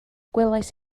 gwelais